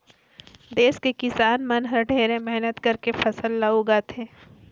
देस के किसान मन हर ढेरे मेहनत करके फसल ल उगाथे